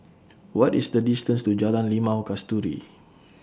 What IS The distance to Jalan Limau Kasturi